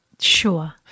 Sure